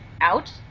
out